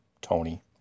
Tony